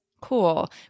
Cool